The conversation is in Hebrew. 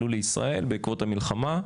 עלו לישראל בעקבות המלחמה,